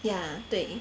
ya 对